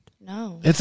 No